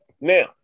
Now